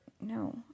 no